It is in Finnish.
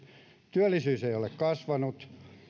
työllisyys ei ole kasvanut